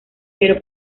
pero